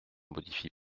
modifie